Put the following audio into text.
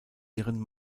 ihren